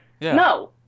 No